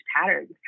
patterns